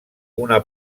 una